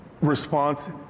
response